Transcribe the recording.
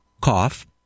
cough